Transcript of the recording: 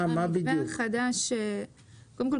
במתווה החדש -- קודם כל,